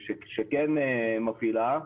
שכן מפעילה,